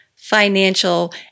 financial